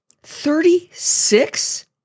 Thirty-six